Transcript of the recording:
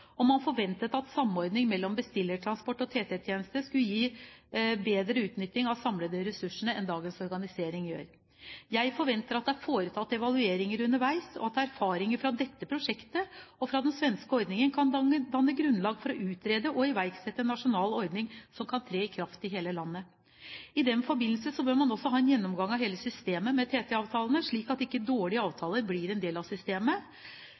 og man forventet at samordning mellom bestillingstransport og TT-tjeneste skulle gi en bedre utnytting av de samlede ressursene enn det dagens organisering gjør. Jeg forventer at det er foretatt evalueringer underveis, og at erfaringer fra dette prosjektet og fra den svenske ordningen kan danne grunnlag for å utrede og iverksette en nasjonal ordning som kan tre i kraft i hele landet. I den forbindelse bør man også ha en gjennomgang av hele systemet rundt TT-avtalene, slik at dårlige avtaler ikke blir en del av systemet.